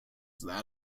that